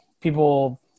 people